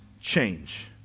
change